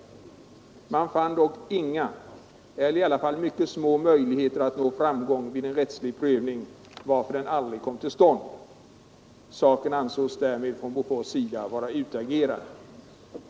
Man fann dock inga eller i alla fall mycket små möjligheter att nå framgång vid en rättslig prövning, varför den aldrig kom till stånd. Saken ansågs därmed från Bofors sida vara utagerad.